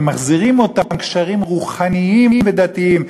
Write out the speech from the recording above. ומחזירים אותם "קשרים רוחניים ודתיים".